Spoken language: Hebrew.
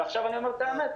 ועכשיו אני אומר את האמת.